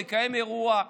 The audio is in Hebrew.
לקיים אירוע,